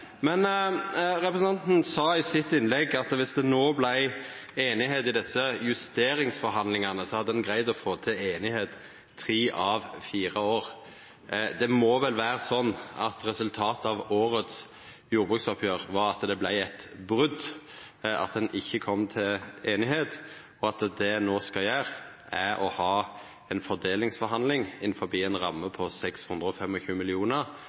Representanten sa i innlegget sitt at viss det no vart einigheit i desse justeringsforhandlingane, hadde ein greidd å få til einigheit i tre av fire år. Det må vel vera slik at resultatet av jordbruksoppgjeret i år, var at det vart eit brot, at ein ikkje kom til einigheit, og at det ein no skal gjera, er å ha ei fordelingsforhandling innanfor ei ramme